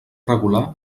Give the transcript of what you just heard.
regular